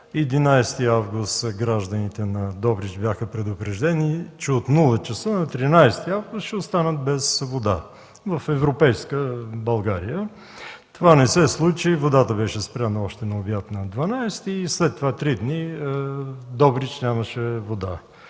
11 август гражданите на Добрич бяха предупредени, че от 0,00 ч. на 13 август ще останат без вода в европейска България. Това не се случи – водата беше спряна още на обяд на 12 август и три дни Добрич нямаше вода.